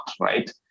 right